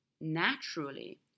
naturally